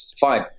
fine